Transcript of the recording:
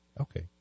okay